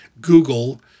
Google